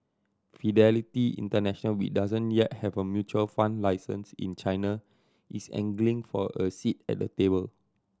Fidelity International we doesn't yet have a mutual fund license in China is angling for a seat at the table